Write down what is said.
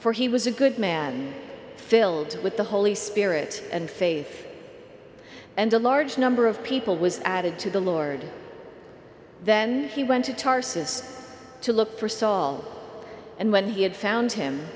for he was a good man filled with the holy spirit and faith and a large number of people was added to the lord then he went to tarsus to look for saul and when he had found him